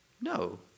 No